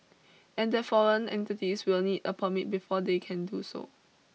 and that foreign entities will need a permit before they can do so